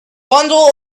bundle